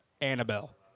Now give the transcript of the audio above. Annabelle